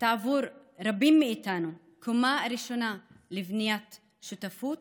הייתה עבור רבים מאיתנו קומה ראשונה לבניית שותפות,